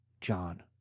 John